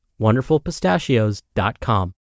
wonderfulpistachios.com